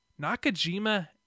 Nakajima